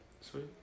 Sweet